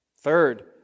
Third